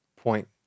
point